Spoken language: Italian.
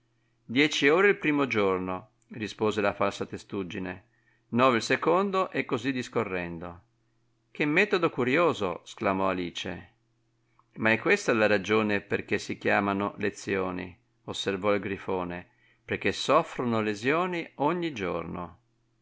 dieci ore il primo giorno rispose la falsa testuggine nove il secondo e così discorrendo che metodo curioso sclamò alice ma è questa la ragione perchè si chiamano lezioni osservò il grifone perchè soffrono lesioni ogni giorno